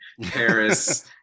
paris